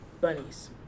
Bunnies